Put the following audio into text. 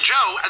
Joe